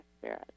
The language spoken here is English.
spirit